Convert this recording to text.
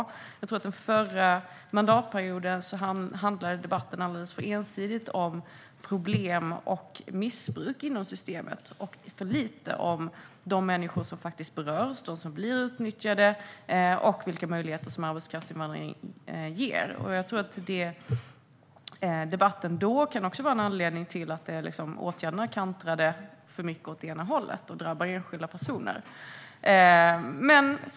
Debatten under den förra mandatperioden handlade alldeles för ensidigt om problem och missbruk inom systemet. Den handlade för lite om de människor som berörs och som blir utnyttjade och om vilka möjligheter som arbetskraftsinvandringen ger. Jag tror att debatten som fördes då kan vara en anledning till att åtgärderna kantrade för mycket åt ena hållet och drabbade enskilda personer.